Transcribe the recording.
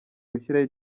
gushyiraho